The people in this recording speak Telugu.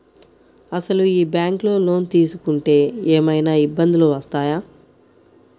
అసలు ఈ బ్యాంక్లో లోన్ తీసుకుంటే ఏమయినా ఇబ్బందులు వస్తాయా?